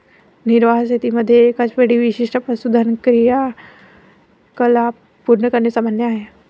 निर्वाह शेतीमध्ये एकाच वेळी विशिष्ट पशुधन क्रियाकलाप पूर्ण करणे सामान्य आहे